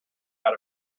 out